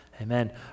Amen